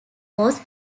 was